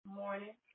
morning